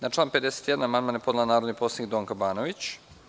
Na član 51. amandman je podnela narodni poslanik Donka Banović.